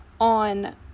on